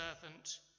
servant